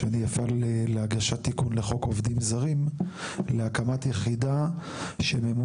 שאני אפעל לתיקון חוק עובדים זרים להקמת יחידה שממונה,